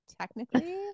Technically